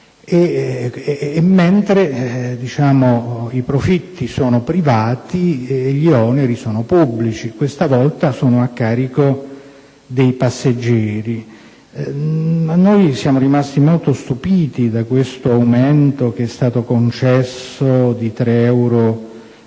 per cui i profitti sono privati e gli oneri sono pubblici, questa volta a carico dei passeggeri. Noi siamo rimasti molto stupiti da questo aumento di 3 euro